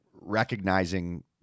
recognizing